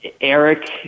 Eric